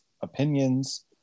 opinions